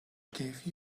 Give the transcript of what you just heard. gave